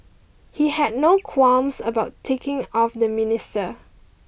he had no qualms about ticking off the minister